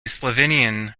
slovenian